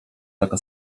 taka